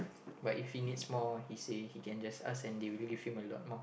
but if he needs more he say he can just ask and they will give him a lot more